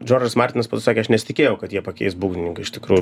džordžas martinas po to sakė aš nesitikėjau kad jie pakeis būgnininką iš tikrųjų